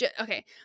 okay